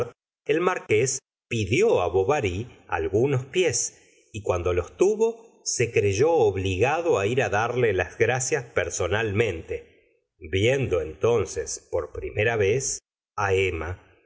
el marqués pidió bovary algunos pies y cuando los tuvo se creyó obligado ir darle las gracias personalmente viendo entonces por primera vez emma